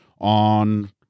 on